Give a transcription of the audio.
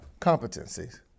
competencies